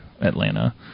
Atlanta